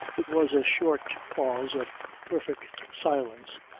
it was a short pause of perfect silence,